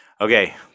Okay